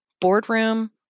boardroom